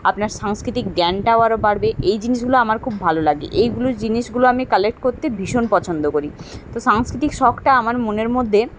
আপনার সাংস্কৃতিক জ্ঞানটাও আরও বাড়বে এই জিনিসগুলো আমার খুব ভালো লাগে এইগুলো জিনিসগুলো আমি কালেক্ট করতে ভীষণ পছন্দ করি তো সাংস্কিতিক শখটা আমার মনের মধ্যে